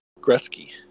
Gretzky